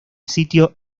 sitio